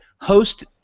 host